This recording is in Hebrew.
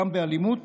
גם באלימות